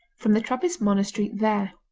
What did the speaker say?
from the trappist monastery there.